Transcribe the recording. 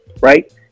Right